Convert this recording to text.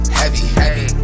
heavy